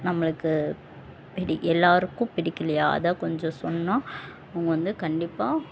நம்மளுக்கு பிடி எல்லாேருக்கும் பிடிக்கலையா அதை கொஞ்சம் சொன்னால் அவங்க வந்து கண்டிப்பாக